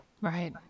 Right